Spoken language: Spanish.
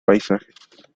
paisajes